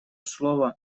слово